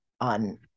on